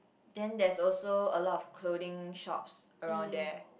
then there's also a lot of clothing shops around there